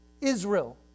Israel